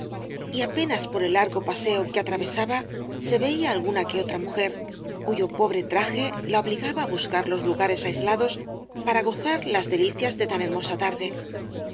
y apenas por el largo paseo que atravesaba se veía alguna que otra mujer cuyo pobre traje la obligaba á buscar los lugares aislados para gozar las delicias de tan hermosa tarde